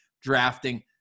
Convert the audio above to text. drafting